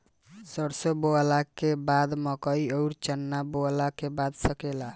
सरसों बोअला के बाद मकई अउर चना बोअल जा सकेला